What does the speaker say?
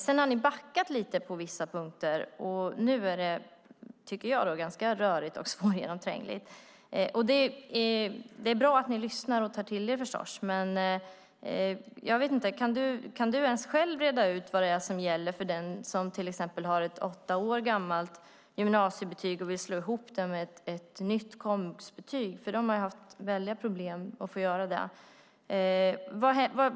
Sedan har ni backat på vissa punkter, och nu tycker jag att det har blivit rörigt och svårgenomträngligt. Det är naturligtvis bra att ni lyssnar och tar till er. Men jag undrar om ens du själv kan reda ut vad som gäller för den som har ett åtta år gammalt gymnasiebetyg och vill slå ihop det med ett nytt komvuxbetyg. Man har ju haft stora problem med att få göra det.